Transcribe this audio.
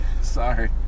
Sorry